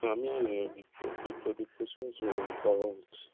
আমি বিপ্র বিপ্রদীপ ঘোষের বাবা বলছি